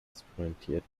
experimentiert